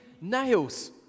nails